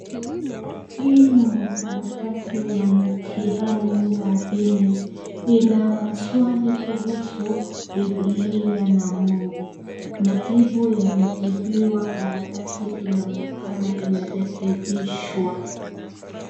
Hii ni karatasi ya mtihani wa dini. Ina maswali kuhusu Biblia na Mungu. Majibu yamejibiwa, karatasi inaonekana imerekebishwa.